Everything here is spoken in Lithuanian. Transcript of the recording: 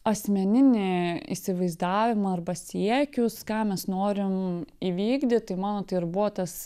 asmeninį įsivaizdavimą arba siekius ką mes norim įvykdyt tai mano tai ir buvo tas